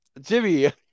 Jimmy